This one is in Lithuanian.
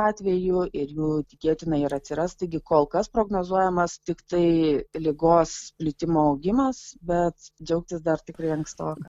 atvejų ir jų tikėtina ir atsiras taigi kol kas prognozuojamas tiktai ligos plitimo augimas bet džiaugtis dar tikrai ankstoka